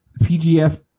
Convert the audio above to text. PGF